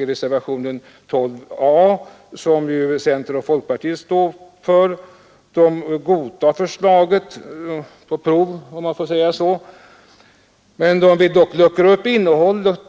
I reservationen 12 a, som centern och folkpartiet står för, godtas förslaget på prov, om man får säga så, men reservanterna vill dock luckra upp innehållet